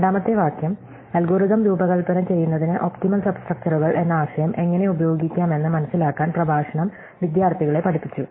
രണ്ടാമത്തെ വാക്യം അൽഗോരിതം രൂപകൽപ്പന ചെയ്യുന്നതിന് ഒപ്റ്റിമൽ സബ്സ്ട്രക്ചറുകൾ എന്ന ആശയം എങ്ങനെ ഉപയോഗിക്കാമെന്ന് മനസിലാക്കാൻ പ്രഭാഷണം വിദ്യാർത്ഥികളെ പഠിപ്പിച്ചു